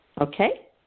okay